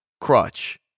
crutch